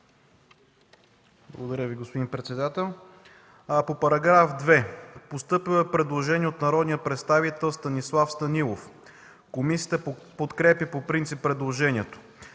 Благодаря Ви, господин председател. По § 2 е постъпило предложение от народния представител Станислав Станилов. Комисията подкрепя по принцип предложението.